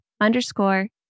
underscore